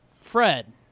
Fred